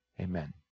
Amen